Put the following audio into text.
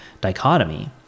dichotomy